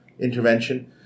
intervention